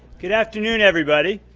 good afternoon, everybody.